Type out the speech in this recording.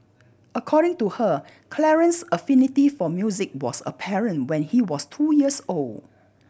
according to her Clarence's affinity for music was apparent when he was two years old